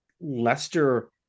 Lester